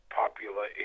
popular